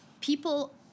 people